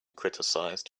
criticized